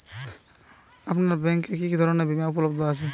আপনার ব্যাঙ্ক এ কি কি ধরনের বিমা উপলব্ধ আছে?